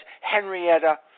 Henrietta